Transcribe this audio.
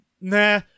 nah